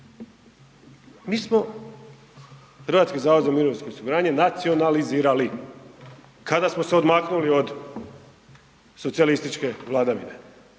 Mi smo HZMO nacionalizirali kada smo se odmaknuli od socijalističke vladavine.